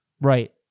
Right